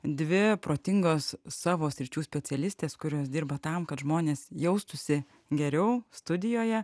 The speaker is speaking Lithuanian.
dvi protingos savo sričių specialistės kurios dirba tam kad žmonės jaustųsi geriau studijoje